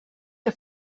que